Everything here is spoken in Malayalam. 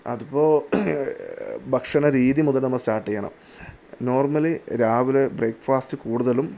അതിപ്പോൾ ഭക്ഷണ രീതി മുതൽ നമ്മൾ സ്റ്റാർട്ട് ചെയ്യണം നോർമലി രാവിലെ ബ്രേക്ക് ഫാസ്റ്റ് കൂടുതലും